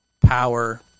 power